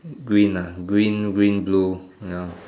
green ah green green blue ya